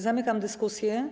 Zamykam dyskusję.